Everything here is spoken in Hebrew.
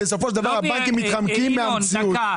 בסופו של דבר הבנקים מתחמקים מהמציאות.